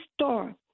store